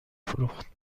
فروخت